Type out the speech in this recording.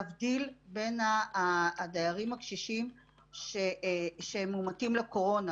להבדיל בין הדיירים הקשישים שמאומתים לקורונה,